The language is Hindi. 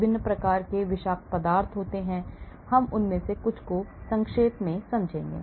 विभिन्न प्रकार के विषाक्त पदार्थ होते हैं हम उनमें से कुछ को संक्षेप में देखते हैं